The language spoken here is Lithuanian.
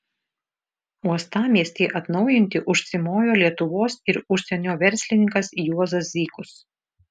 uostamiestį atnaujinti užsimojo lietuvos ir užsienio verslininkas juozas zykus